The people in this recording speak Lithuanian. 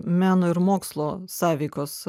meno ir mokslo sąveikos